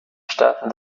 staaten